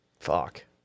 Fuck